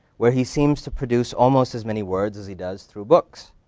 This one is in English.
where he seems to produce almost as many words as he does through books.